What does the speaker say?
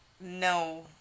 No